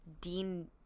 Dean